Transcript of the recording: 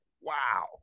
wow